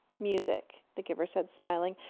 music, the giver said, smiling.